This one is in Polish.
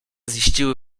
ziściły